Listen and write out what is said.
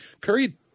curry